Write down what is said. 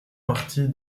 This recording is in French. partie